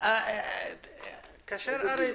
כשדברת,